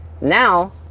Now